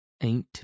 Ain't